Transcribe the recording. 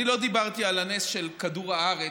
אני לא דיברתי על הנס של כדור הארץ,